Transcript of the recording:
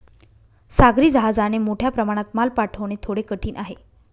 सागरी जहाजाने मोठ्या प्रमाणात माल पाठवणे थोडे कठीण आहे